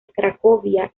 cracovia